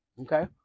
okay